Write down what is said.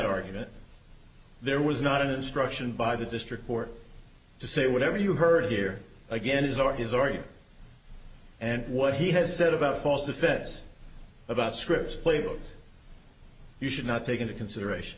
argument there was not an instruction by the district court to say whatever you heard here again is are his argument and what he has said about false defense about scripts playbooks you should not take into consideration